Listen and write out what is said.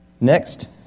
Next